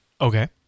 Okay